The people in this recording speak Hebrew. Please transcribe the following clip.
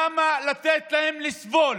למה לתת להם לסבול